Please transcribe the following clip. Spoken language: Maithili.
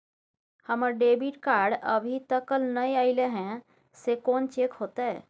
हमर डेबिट कार्ड अभी तकल नय अयले हैं, से कोन चेक होतै?